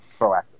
proactive